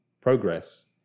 progress